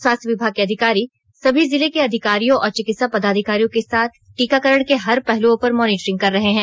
स्वास्थ्य विभाग के अधिकारी सभी जिलों के अधिकारियों और चिकित्सा पदाधिकारियों के साथ टीकाकरण के हर पहलुओं पर मॉनिटरिंग कर रहे हैं